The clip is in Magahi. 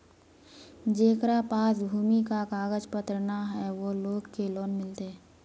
जेकरा पास भूमि का कागज पत्र न है वो लोग के लोन मिलते?